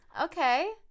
okay